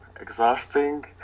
Exhausting